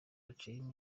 haciyeho